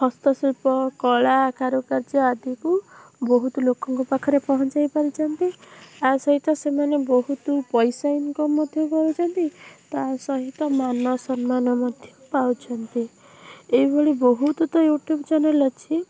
ହସ୍ତଶିଳ୍ପ କଳା କାରୁକାର୍ଯ୍ୟ ଆଦି କୁ ବହୁତ ଲୋକଙ୍କ ପାଖରେ ପହଞ୍ଚାଇ ପାରୁଛନ୍ତି ତା ସହିତ ସେମାନେ ବହୁତ ପଇସା ଇନକମ୍ ମଧ୍ୟ କରୁଛନ୍ତି ତା ସହିତ ମାନସମ୍ମାନ ମଧ୍ୟ ପାଉଛନ୍ତି ଏଇଭଳି ବହୁତ ତ ୟୁଟ୍ୟୁବ୍ ଚ୍ୟାନେଲ୍ ଅଛି